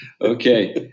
Okay